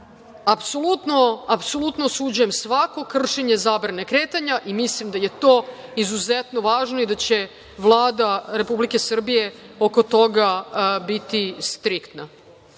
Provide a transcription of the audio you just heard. Apsolutno osuđujem svako kršenje zabrane kretanja i mislim da je to izuzetno važno i da će Vlada Republike Srbije oko toga biti striktna. Sve